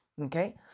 okay